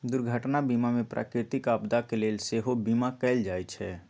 दुर्घटना बीमा में प्राकृतिक आपदा के लेल सेहो बिमा कएल जाइ छइ